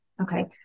Okay